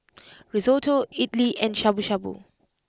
Risotto Idili and Shabu Shabu